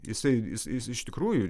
jisai jis jis iš tikrųjų